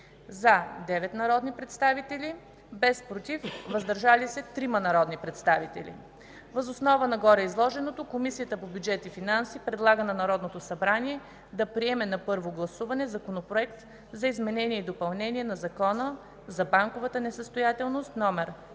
– 9 народни представители, без „против” „въздържали се” – 3 народни представители. Въз основа на гореизложеното Комисията по бюджет и финанси предлага на Народното събрание да приеме на първо гласуване законопроект за изменение и допълнение на Закона за банковата несъстоятелност, №